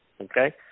okay